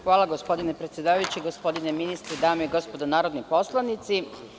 Hvala gospodine predsedavajući, gospodine ministre, dame i gospodo narodni poslanici.